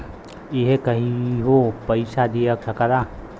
इसे कहियों पइसा दिया सकला